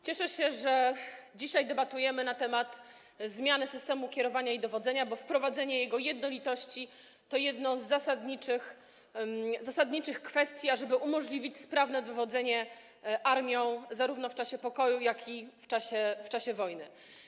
Cieszę się, że dzisiaj debatujemy na temat zmiany systemu kierowania i dowodzenia, bo wprowadzenie jego jednolitości to jedna z zasadniczych kwestii, ażeby umożliwić sprawne dowodzenie armią zarówno w czasie pokoju, jak i w czasie wojny.